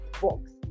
box